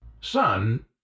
Son